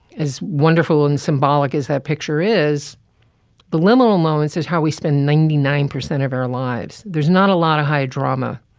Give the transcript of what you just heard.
as wonderful and symbolic is that picture is the limo moments is how we spend ninety nine percent of our lives. there's not a lot of high drama.